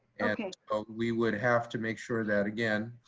and we would have to make sure that again,